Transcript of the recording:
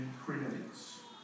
creates